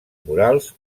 murals